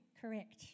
Correct